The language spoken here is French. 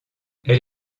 elle